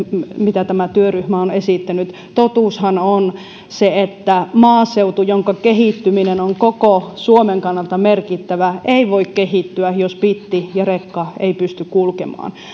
mitä tämä työryhmä on esittänyt totuushan on se että maaseutu jonka kehittyminen on koko suomen kannalta merkittävää ei voi kehittyä jos bitti ja rekka eivät pysty kulkemaan